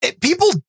People